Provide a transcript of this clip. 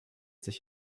sich